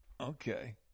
Okay